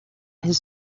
his